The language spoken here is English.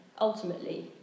Ultimately